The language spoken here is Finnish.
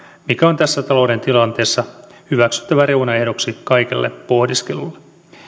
mikä on tässä talouden tilanteessa hyväksyttävä reunaehdoksi kaikelle pohdiskelulle